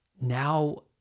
Now